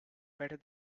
better